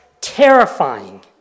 terrifying